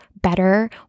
better